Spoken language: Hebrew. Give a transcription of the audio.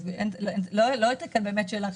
לא הייתה כאן באמת שאלה.